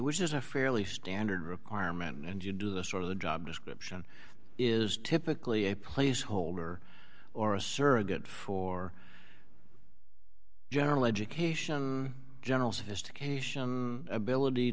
which is a fairly standard requirement and you do the sort of the job description is typically a placeholder or a surrogate for general education general sophistication ability